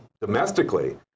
domestically